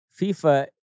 FIFA